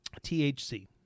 THC